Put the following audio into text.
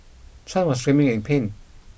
Chan was screaming in pain